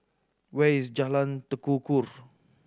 where is Jalan Tekukor